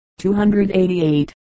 288